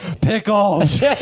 Pickles